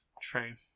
True